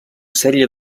sèrie